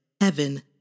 Heaven